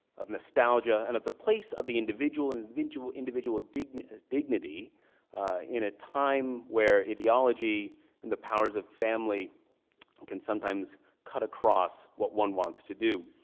of nostalgia and of the place of the individual and the individual dignity dignity in a time where ideology and the powers of family can sometimes cut across what one wants to do.